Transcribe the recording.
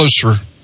closer